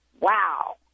Wow